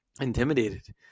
intimidated